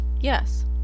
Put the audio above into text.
Yes